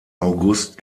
august